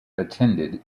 attended